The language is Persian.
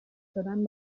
دادن